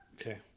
Okay